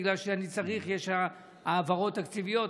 בגלל שיש העברות תקציביות,